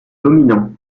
dominants